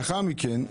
לאחר מכן,